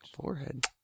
Forehead